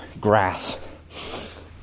grass